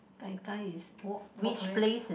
gai-gai is walk walk